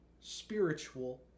spiritual